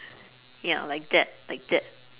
ya like that like that